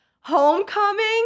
homecoming